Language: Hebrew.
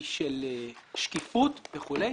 היא של שקיפות וכולי